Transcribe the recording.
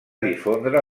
difondre